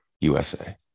USA